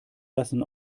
lassen